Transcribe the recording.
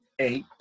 Eight